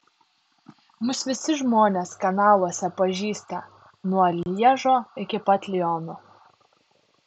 mus visi žmonės kanaluose pažįsta nuo lježo iki pat liono